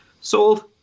Sold